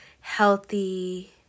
healthy